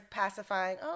pacifying